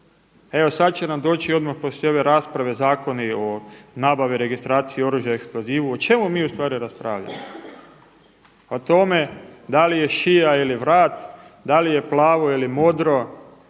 Evo sad će nam doći odmah poslije ove rasprave Zakoni o nabavi i registraciji oružja i eksplozivu. O čemu mi u stvari raspravljamo? O tome da li je šija ili vrat, da li je plavo ili modro.